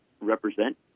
represent